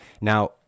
Now